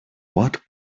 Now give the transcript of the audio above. what